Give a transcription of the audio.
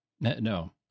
No